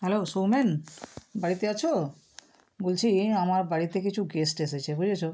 hello Soumen বাড়িতে আছো বলছি আমার বাড়িতে কিছু গেস্ট এসেছে বুঝেছো